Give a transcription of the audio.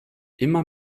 immer